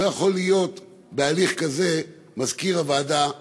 לא יכול להיות בהליך כזה מזכיר הוועדה הציבורית.